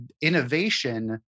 innovation